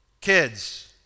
Kids